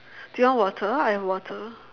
do you want water I have water